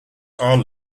are